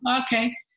okay